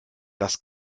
das